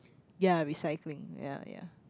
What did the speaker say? ya recycling ya ya